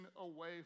away